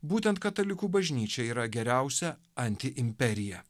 būtent katalikų bažnyčia yra geriausia antiimperija